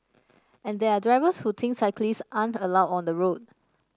and there are drivers who think cyclist aren't allowed on the road